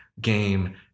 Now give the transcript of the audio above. game